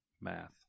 Math